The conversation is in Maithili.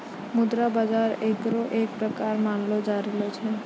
मुद्रा बाजार एकरे एक प्रकार मानलो जाय रहलो छै